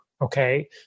okay